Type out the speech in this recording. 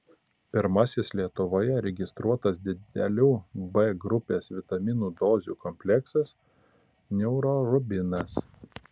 pirmasis lietuvoje registruotas didelių b grupės vitaminų dozių kompleksas neurorubinas